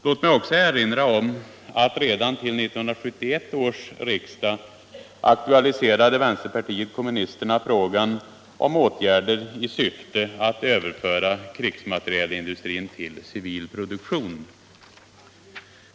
Låt mig också erinra om att redan till 1971 års riksdag aktualiserade vänsterpartiet kommunisterna frågan om åtgärder i syfte att överföra krigsmaterielindustrin till civil produktion.